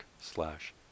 slash